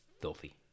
filthy